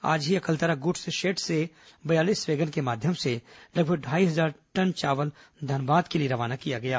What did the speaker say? आज ही अलकतरा गुड्स शेड से बयालीस वैगन के माध्यम से लगभग ढाई हजार टन चावल धनबाद के लिए रवाना किया गया है